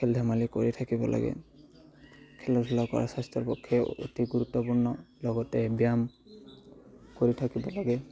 খেল ধেমালি কৰি থাকিব লাগে খেলা ধূলা কৰা স্বাস্থ্যৰ পক্ষে অতি গুৰুত্বপূৰ্ণ লগতে ব্যায়াম কৰি থাকিব লাগে